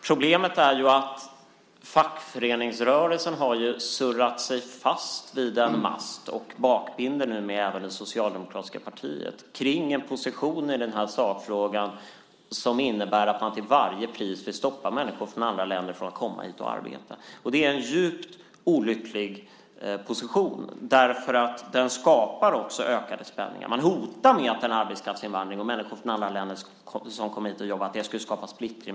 Problemet är att fackföreningsrörelsen har surrat fast sig vid en mast och numera bakbinder även det socialdemokratiska partiet i en position som innebär att man till varje pris vill stoppa människor från andra länder från att komma hit och arbeta. Det är en djupt olycklig position, för den skapar också ökade spänningar. Man hotar med att arbetskraftsinvandring och människor som kommer hit och jobbar från andra länder skulle skapa splittring.